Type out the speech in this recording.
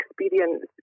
experience